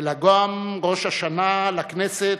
אלא גם ראש השנה לכנסת,